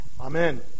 Amen